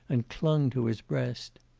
and clung to his breast.